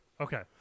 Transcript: Okay